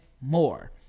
more